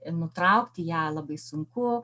ir nutraukti ją labai sunku